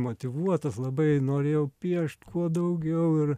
motyvuotas labai norėjau piešt kuo daugiau ir